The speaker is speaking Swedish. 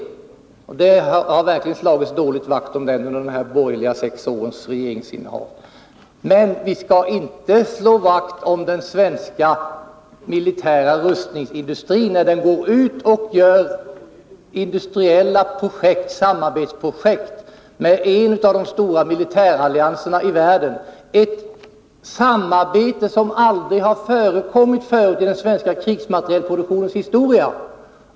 Man har verkligen slagit vakt om den dåligt under dessa sex år med borgerligt regeringsinnehav. Men vi skall inte slå vakt om den svenska militära rustningsindustrin när den utarbetar industriella samarbetsprojekt med en av de stora militärallianserna i världen. Ett sådant samarbete har aldrig tidigare förekommit i den svenska krigsmaterielproduktionens historia.